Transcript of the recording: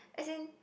as in